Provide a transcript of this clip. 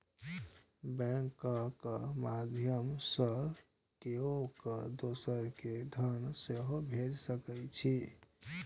बैंकक माध्यय सं केओ दोसर कें धन सेहो भेज सकै छै